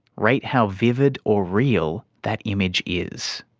rate how vivid or real that image is.